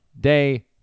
day